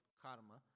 karma